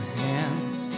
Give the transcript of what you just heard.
hands